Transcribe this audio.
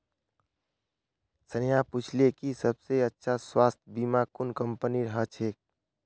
स्नेहा पूछले कि सबस अच्छा स्वास्थ्य बीमा कुन कंपनीर ह छेक